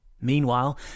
Meanwhile